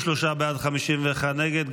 33 בעד, 51 נגד.